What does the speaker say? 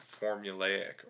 formulaic